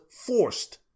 forced